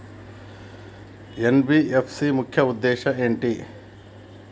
NBFC ముఖ్య ఉద్దేశం ఏంటి?